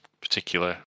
particular